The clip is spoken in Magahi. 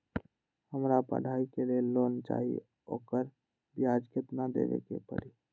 हमरा पढ़ाई के लेल लोन चाहि, ओकर ब्याज केतना दबे के परी?